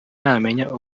namenya